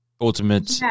ultimate